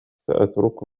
سأترك